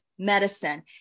Medicine